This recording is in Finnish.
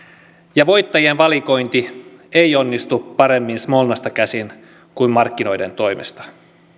ja voittajien valikointi ei onnistu paremmin smolnasta käsin kuin markkinoiden toimesta